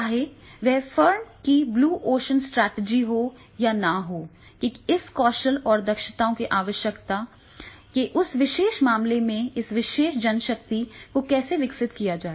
चाहे वह फर्म की ब्लू ओशन स्ट्रैटेजी हो या न हो कि इस कौशल और दक्षताओं में आवश्यकता के उस विशेष मामले में इस विशेष जनशक्ति को कैसे विकसित किया जाए